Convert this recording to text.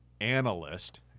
analyst